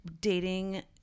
dating